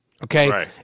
Okay